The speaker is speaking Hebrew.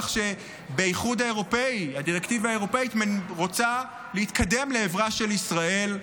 כך שבאיחוד האירופי הדירקטיבה האירופית רוצה להתקדם לעברה של ישראל.